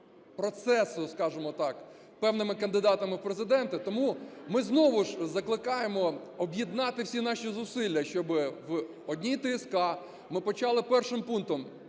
процесу, скажемо так, певними кандидатами в Президенти. Тому ми знову ж закликаємо об'єднати всі наші зусилля, щоб в одній ТСК ми почали першим пунктом